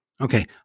Okay